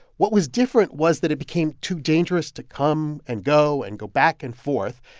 what was different was that it became too dangerous to come and go and go back and forth.